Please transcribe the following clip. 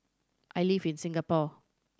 I live in Singapore